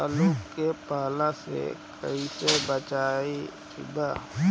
आलु के पाला से कईसे बचाईब?